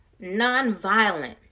nonviolent